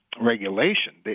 regulation